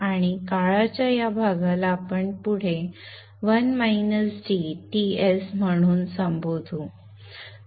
आणि काळाच्या या भागाला आपण पुढे Ts म्हणून संबोधू